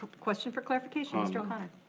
question for clarification, mr. o'connor.